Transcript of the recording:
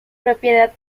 propiedad